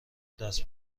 دست